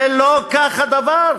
ולא כך הדבר,